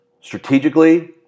strategically